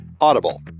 audible